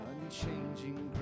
unchanging